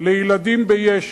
לילדים ביש"ע.